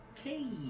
Okay